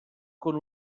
con